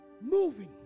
moving